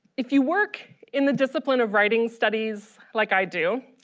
if you work in the discipline of writing studies, like i do,